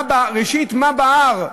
ראשית, מה בער?